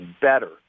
better